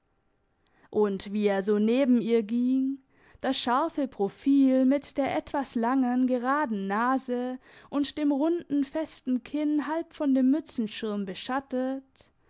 und wie er so neben ihr ging das scharfe profil mit der etwas langen geraden nase und dem runden festen kinn halb von dem mützenschirm beschattet